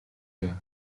байв